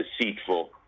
deceitful